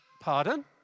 pardon